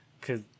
cause